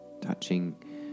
touching